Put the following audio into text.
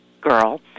girl